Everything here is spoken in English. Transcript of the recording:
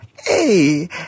Hey